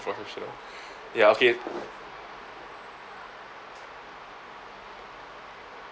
professional ya okay